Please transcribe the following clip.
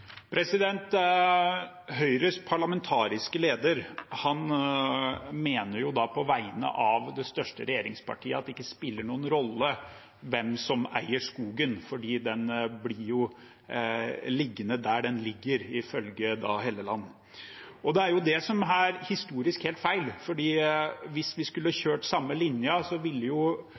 Høyres parlamentariske leder mener på vegne av det største regjeringspartiet at det ikke spiller noen rolle hvem som eier skogen, for den blir liggende der den ligger – ifølge Helleland. Det er det som er historisk helt feil, for hvis vi skulle kjørt samme linjen, ville